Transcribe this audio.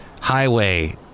highway